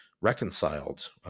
reconciled